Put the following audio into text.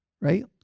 Right